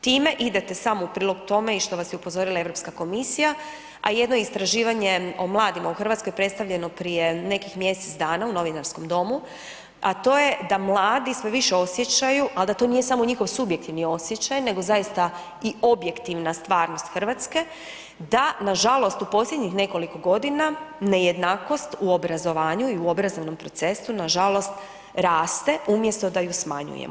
Time idete samo u prilog tome i što vas je upozorila EU komisija, a jedno istraživanje o mladima u Hrvatskoj predstavljeno prije nekih mjesec dana u Novinarskom domu, a to je da mladi sve više osjećaju, ali da to nije samo njihov subjektivni osjećaj, nego zaista i objektivna stvarnost Hrvatske, da nažalost u posljednjih nekoliko godina nejednakost u obrazovanju i obrazovnom procesu nažalost raste, umjesto da ju smanjujemo.